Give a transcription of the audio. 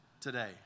today